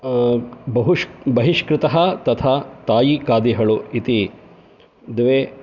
बहिष्कृतः तथा तैकादेहलु इति द्वे